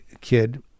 kid